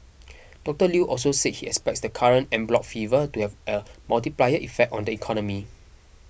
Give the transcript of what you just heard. Doctor Lew also said he expects the current en bloc fever to have a multiplier effect on the economy